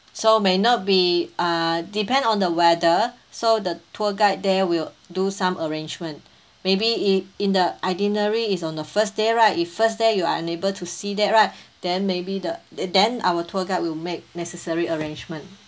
so may not be err depend on the weather so the tour guide there will do some arrangement maybe in in the itinerary it's on the first day right if first day you are unable to see that right then maybe the then our tour guide will make necessary arrangement